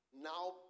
now